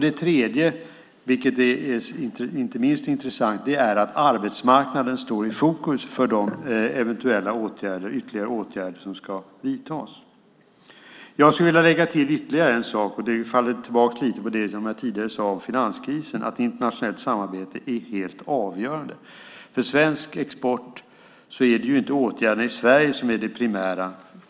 Det tredje, vilket är inte minst intressant, är att arbetsmarknaden står i fokus för de eventuella ytterligare åtgärder som ska vidtas. Jag skulle vilja lägga till ytterligare en sak, och det faller tillbaka lite grann på det som jag tidigare sade om finanskrisen, nämligen att internationellt samarbete är helt avgörande. För svensk export är det inte åtgärderna i Sverige som är det primära.